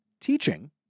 teaching